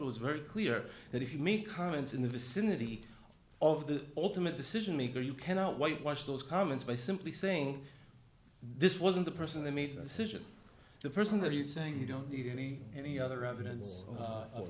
of was very clear that if you meet comments in the vicinity of the ultimate decision maker you cannot whitewash those comments by simply saying this wasn't the person that made the decision the person that you saying you don't do you need any other evidence